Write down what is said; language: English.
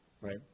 Right